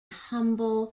humble